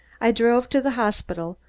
i drove to the hospital,